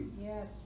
yes